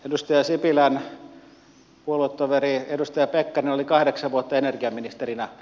edustaja sipilän puoluetoveri edustaja pekkarinen oli kahdeksan vuotta energiaministerinä